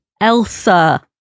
Elsa